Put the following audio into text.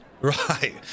Right